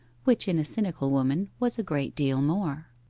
which in a cynical woman was a great deal more.